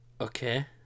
okay